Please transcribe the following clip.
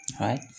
Right